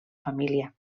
família